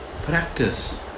practice